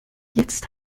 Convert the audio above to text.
jetzt